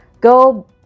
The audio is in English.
go